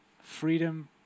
freedom